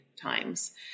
times